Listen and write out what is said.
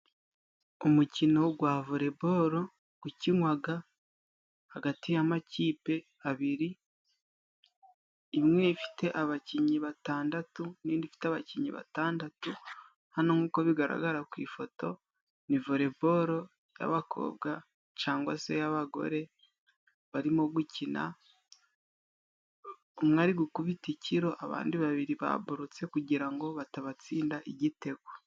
Umukino gwa voleboro gukinywaga hagati y'amakipe abiri, imwe ifite abakinyi batandatu n'indi ifite abakinyi batandatu. Hano nk'uko bigaragara ku ifoto ni voleboro y'abakobwa cangwa se y'abagore barimo gukina, umwe ari gukubita ikiro, abandi babiri baborotse kugira ngo batabatsinda igitego.